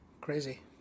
Crazy